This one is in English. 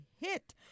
hit